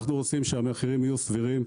אנחנו רוצים שהמחירים יהיו סבירים,